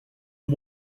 and